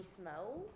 smell